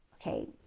okay